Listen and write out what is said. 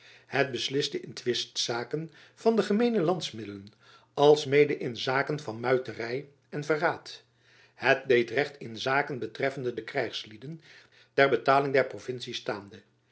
het besliste in twistzaken van de gemeene landsmiddelen alsmede in zaken van muitery en verraad het deed recht in zaken betreffende de krijgslieden ter betaling der provincie staande